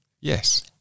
Yes